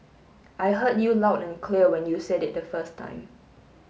I heard you loud and clear when you said it the first time